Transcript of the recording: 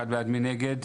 1 נגד,